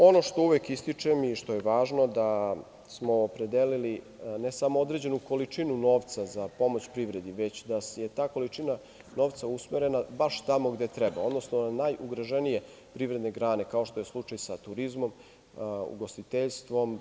Ono što uvek ističem i što je važno da smo opredelili, ne samo određenu količinu novca za pomoć privredi, već da je ta količina novca usmerena baš tamo gde treba, odnosno na najugroženije privredne grane, kao što je slučaj sa turizmom, ugostiteljstvom.